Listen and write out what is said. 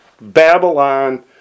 Babylon